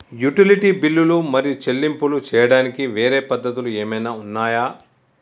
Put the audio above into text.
Utility బిల్లులు మరియు చెల్లింపులు చేయడానికి వేరే పద్ధతులు ఏమైనా ఉన్నాయా?